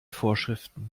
vorschriften